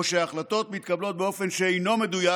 או שההחלטות מתקבלות באופן שאינו מדויק